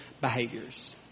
behaviors